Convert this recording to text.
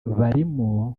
barimo